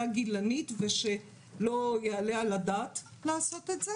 גזענית ושלא יעלה על הדעת לעשות את זה.